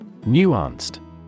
Nuanced